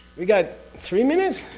we got three minutes?